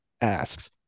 asks